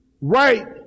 right